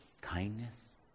kindness